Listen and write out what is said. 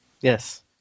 Yes